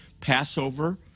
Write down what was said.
Passover